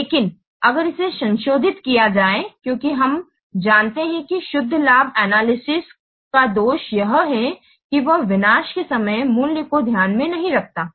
लेकिन अगर इसे संशोधित किया जाये क्योंकि हम जानते हैं कि शुद्ध लाभ एनालिसिस का दोष यह है कि वह निवेश के समय मूल्य को ध्यान में नहीं रखता है